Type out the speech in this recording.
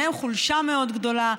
חולשה מאוד גדולה,